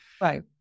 Right